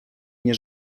nie